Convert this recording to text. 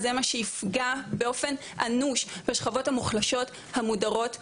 זה מה שיפגע באופן אנוש בשכבות המוחלשות המודרות בחברה,